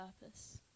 purpose